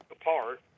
apart